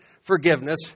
forgiveness